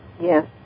Yes